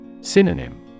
Synonym